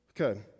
Okay